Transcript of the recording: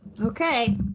Okay